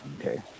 Okay